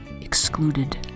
excluded